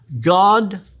God